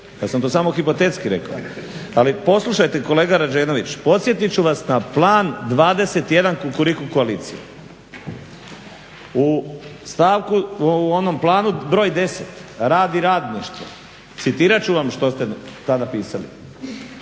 ja sam to samo hipotetski rekao, ali poslušajte kolega Rađenoviću, podsjetit ću vas na Plan 21 Kukuriku koalicije. U onom planu broj 10 rad i radništvo, citirat ću vam što ste tada pisali: